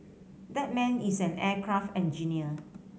that man is an aircraft engineer